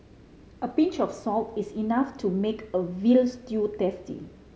a pinch of salt is enough to make a veal stew tasty